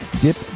dip